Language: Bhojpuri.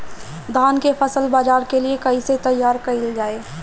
धान के फसल बाजार के लिए कईसे तैयार कइल जाए?